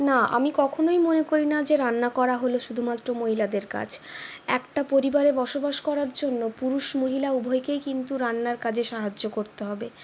না আমি কখনই মনে করি না যে রান্না করা হল শুধুমাত্র মহিলাদের কাজ একটা পরিবারে বসবাস করার জন্য পুরুষ মহিলা উভয়কেই কিন্তু রান্নার কাজে সাহায্য করতে হবে